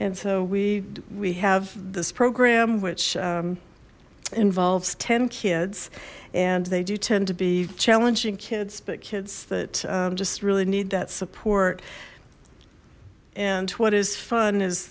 and so we we have this program which involves ten kids and they do tend to be challenging kids but kids that just really need that support and what is fun is